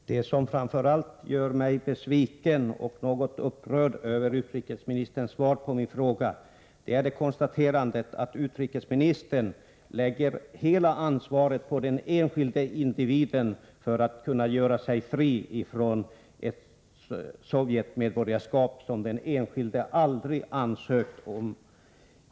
Herr talman! Det som framför allt gör mig besviken och något upprörd över utrikesministerns svar på min fråga är att utrikesministern lägger hela ansvaret på den enskilde individen för att kunna göra sig fri från ett Sovjetmedborgarskap som den enskilde aldrig ansökt om.